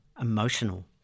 emotional